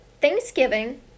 Thanksgiving